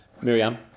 Miriam